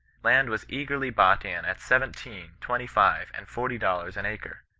land was eagerly bought in at seventeen, twenty-five, and forty dollars an acre.